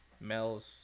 Mel's